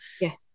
yes